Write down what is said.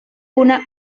una